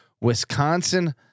Wisconsin